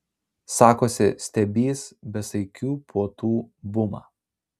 sakosi stebįs besaikių puotų bumą